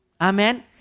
Amen